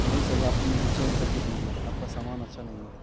नहीं सर आप मुझे चेंज करके दीजिए आपका सामान अच्छा नहीं है